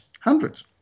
Hundreds